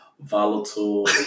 volatile